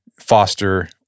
foster